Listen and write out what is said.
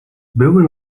były